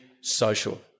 social